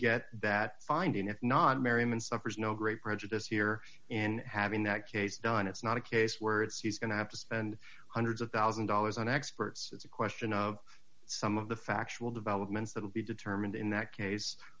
get that finding if not merriman suffers no great prejudice here in having that case done it's not a case where it's going to have to spend hundreds of one thousand dollars on experts it's a question of some of the factual developments that will be determined in that case